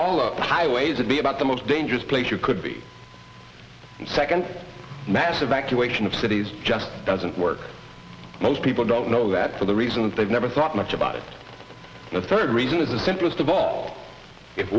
all of the highways would be about the most dangerous place you could be the second mass evacuation of cities just doesn't work most people don't know that for the reasons they've never thought much about it the third reason is the simplest of all if